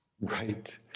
Right